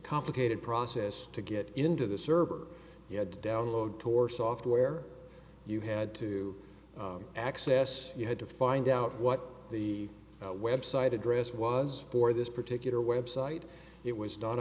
complicated process to get into the server you had to download tor software you had to access you had to find out what the website address was for this particular website it was